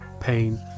pain